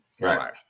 Right